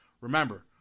Remember